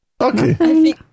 Okay